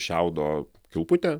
šiaudo kilputė